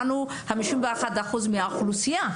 אנחנו 51% מהאוכלוסייה.